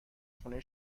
خونه